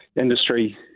industry